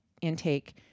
intake